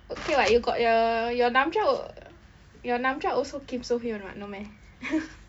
okay [what] you got your your namja your namja also kim soo hyun mah no meh